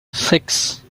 six